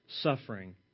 suffering